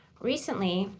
recently,